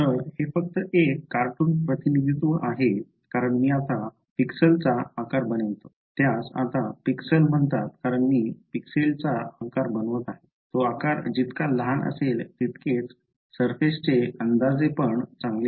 तर हे फक्त एक कार्टून प्रतिनिधित्व आहे कारण मी आता पिक्सलचा आकार बनवितो त्यास आता पिक्सल म्हणतात कारण मी पिक्सेलचा आकार बनवत आहे तो आकार जितका लहान असेल तितकेच surface चे अंदाजेपण चांगले